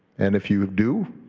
and if you do,